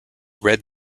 red